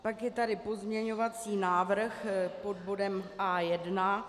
Pak je tady pozměňovací návrh pod bodem A1.